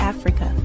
Africa